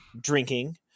drinking